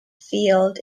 field